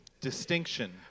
Distinction